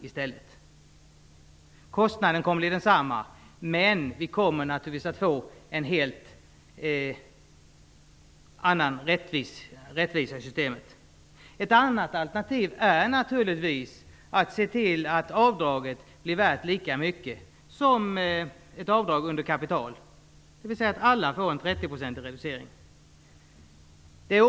Kostnaden kommer att bli densamma, men vi får en helt annan rättvisa i systemet. Ett annat alternativ är naturligtvis att se till att avdraget blir värt lika mycket som ett avdrag under kapital, dvs. att alla får en trettioprocentig reducering.